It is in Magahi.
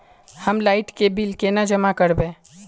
हम लाइट के बिल केना जमा करबे?